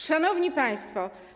Szanowni Państwo!